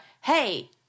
hey